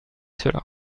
cela